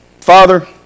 Father